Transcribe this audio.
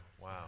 wow